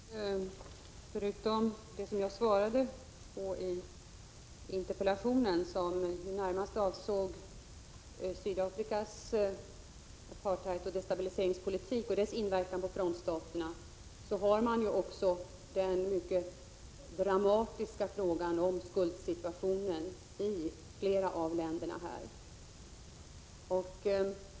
Herr talman! Förutom det som jag redogjorde för i interpellationssvaret, som ju närmast avsåg Sydafrikas apartheidoch destabiliseringspolitik och dess inverkan på frontstaterna, har man också att beakta den mycket dramatiska frågan om skuldsituationen i flera av länderna i södra Afrika.